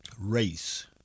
race